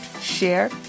share